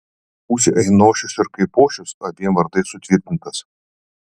būsi ainošius ir kaipošius abiem vardais sutvirtintas